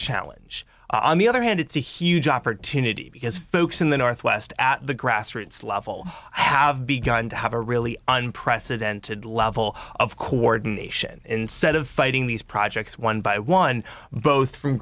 challenge on the other hand it's a huge opportunity because folks in the northwest at the grassroots level have begun to have a really unprecedented level of coordination instead of fighting these projects one by one both from